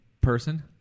person